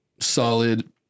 solid